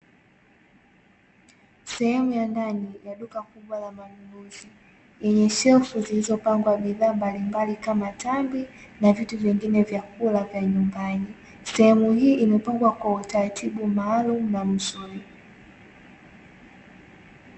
Sehemu ya ndani ya duka kubwa la manunuzi ina sherfu zilizopangwa bidhaa mbalimbali kama tambi, na vitu vingine vya kula nyumbani, sehemu hii imepangwa kwa utaratibu maalumu na mzuri.